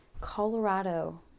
Colorado